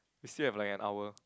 we still have like an hour